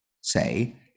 say